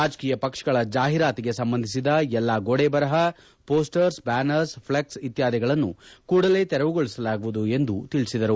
ರಾಜಕೀಯ ಪಕ್ಷಗಳ ಜಾಹಿರಾತಿಗೆ ಸಂಬಂಧಿಸಿದ ಎಲ್ಲಾ ಗೋಡೆಬರಹ ಪೋಸ್ಟರ್ಸ್ ಬ್ಯಾನರ್ಸ್ ಫ್ಲೆಕ್ಸ್ ಇತ್ಯಾದಿಗಳನ್ನು ಕೂಡಲೇ ತೆರವುಗೊಳಿಸಲಾಗುವುದು ಎಂದು ಅವರು ತಿಳಿಸಿದರು